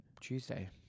Tuesday